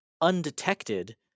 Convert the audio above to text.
undetected